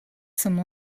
some